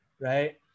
Right